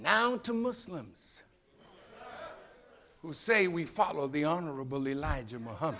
now to muslims who say we follow the honorable elijah m